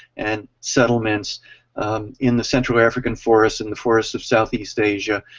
and settlements in the central african forests, in the forests of southeast asia,